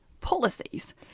policies